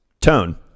Tone